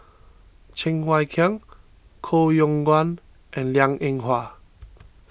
Cheng Wai Keung Koh Yong Guan and Liang Eng Hwa